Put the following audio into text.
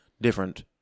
different